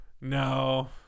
No